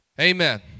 Amen